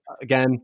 Again